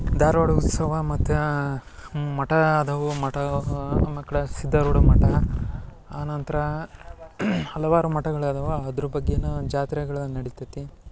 ಧಾರ್ವಾಡ ಉತ್ಸವ ಮತ್ತು ಮಠ ಅದವು ಮಠ ಸಿದ್ದೇಗೌಡ ಮಠ ಆನಂತರ ಹಲವಾರು ಮಠಗಳದವ ಅದ್ರ ಬಗ್ಗೆನ ಜಾತ್ರೆಗಳು ನಡಿತೈತಿ